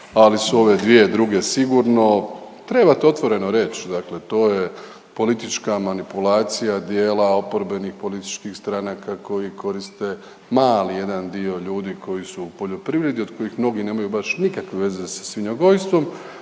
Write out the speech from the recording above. ali su ove dvije druge sigurno. Trebate otvoreno reći, dakle to je politička manipulacija dijela oporbenih političkih stranaka koji koriste mali jedan dio ljudi koji su u poljoprivredi, od kojih mnogi nemaju baš nikakve veze sa svinjogojstvom,